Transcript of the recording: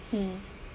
hmm